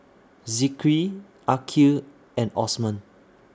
Zikri Aqil and Osman